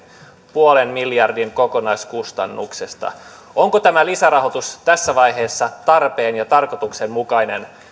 puolen miljardin kokonaiskustannuksista onko tämä lisärahoitus tässä vaiheessa tarpeen ja tarkoituksenmukainen